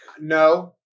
No